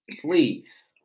please